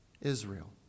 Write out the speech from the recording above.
Israel